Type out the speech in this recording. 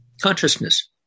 consciousness